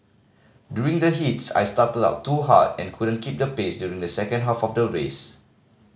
during the heats I started out too hard and couldn't keep the pace during the second half of the race